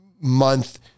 month